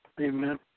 amen